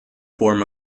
form